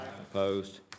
Opposed